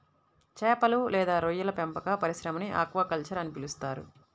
చేపలు లేదా రొయ్యల పెంపక పరిశ్రమని ఆక్వాకల్చర్ అని పిలుస్తారు